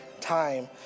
time